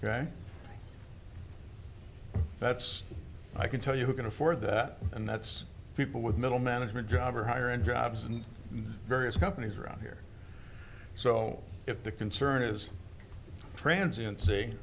ok that's i can tell you who can afford that and that's people with middle management job or higher end jobs and various companies around here so if the concern is transients